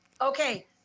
Okay